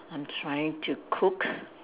I'm trying to cook